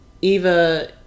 Eva